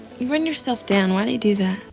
you run yourself down. why do you do that?